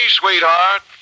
sweetheart